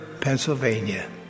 Pennsylvania